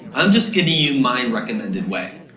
i'm just giving you my recommended way.